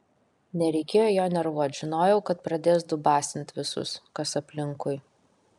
nereikėjo jo nervuot žinojau kad pradės dubasint visus kas aplinkui